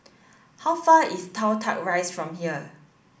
how far is Toh Tuck Rise from here